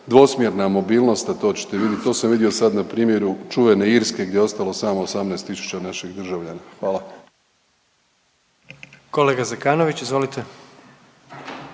dvosmjerna mobilnost, a to ćete vidjet, to sam vidio sad na primjeru čuvene Irske gdje je ostalo samo 18 tisuća naših državljana. Hvala. **Jandroković, Gordan